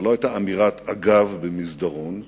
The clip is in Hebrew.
זאת לא היתה אמירת אגב במסדרון,